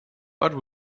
but